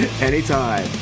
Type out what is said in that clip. Anytime